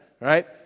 right